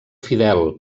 fidel